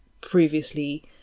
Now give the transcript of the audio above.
previously